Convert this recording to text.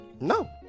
No